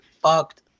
fucked